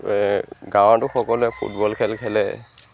গাঁৱতো সকলোৱে ফুটবল খেল খেলে